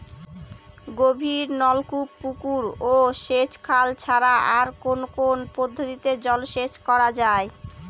গভীরনলকূপ পুকুর ও সেচখাল ছাড়া আর কোন কোন পদ্ধতিতে জলসেচ করা যায়?